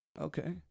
okay